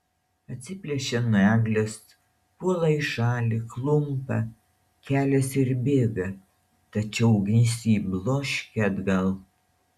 atsiplėšia nuo eglės puola į šalį klumpa keliasi ir bėga tačiau ugnis jį bloškia atgal